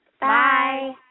Bye